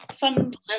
fundamental